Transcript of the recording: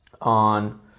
on